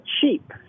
cheap